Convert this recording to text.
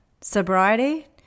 sobriety